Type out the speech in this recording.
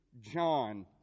John